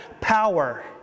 power